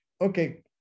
Okay